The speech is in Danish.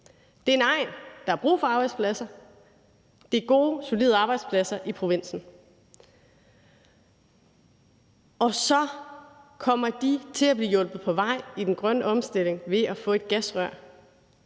Det er en egn. Der er brug for arbejdspladser. Det er gode, solide arbejdspladser i provinsen. Og så kommer de til at blive hjulpet på vej i den grønne omstilling ved at få et gasrør.